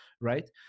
right